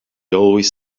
always